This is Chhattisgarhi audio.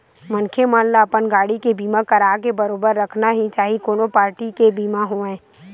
मनखे मन ल अपन गाड़ी के बीमा कराके बरोबर रखना ही चाही कोनो पारटी के बीमा होवय